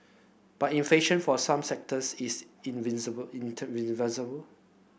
but inflation for some sectors is